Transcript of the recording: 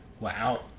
Wow